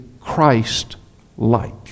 Christ-like